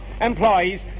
employees